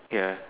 ya